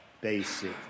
basic